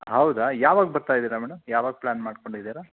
ಹೌದೇ ಯಾವಾಗ ಬರ್ತಾಯಿದ್ದೀರಿ ಮೇಡಮ್ ಯಾವಾಗ ಪ್ಲ್ಯಾನ್ ಮಾಡ್ಕೊಂಡಿದ್ದೀರಿ